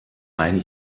ein